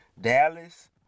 Dallas